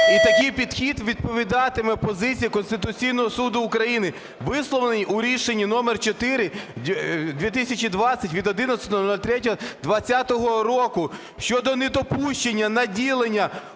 і такий підхід відповідатиме позиції Конституційного Суду України, висловленій у Рішенні № 4/2020 від 11.03.2020 року, щодо недопущення наділення